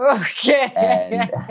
Okay